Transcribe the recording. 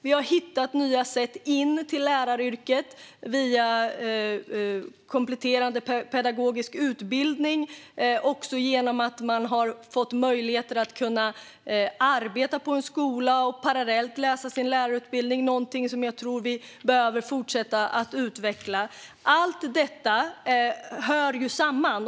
Vi har hittat nya sätt in i läraryrket via kompletterande pedagogisk utbildning och genom att man har fått möjlighet att arbeta på en skola och läsa lärarutbildningen parallellt. Det är något som jag tror att vi behöver fortsätta utveckla. Allt detta hör samman.